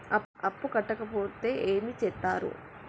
అప్పు కట్టకపోతే ఏమి చేత్తరు?